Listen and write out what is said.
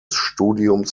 studiums